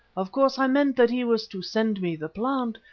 of course i meant that he was to send me the plant,